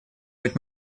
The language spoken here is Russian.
быть